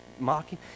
mocking